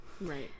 Right